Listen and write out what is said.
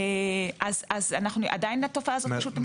התופעה תמשיך.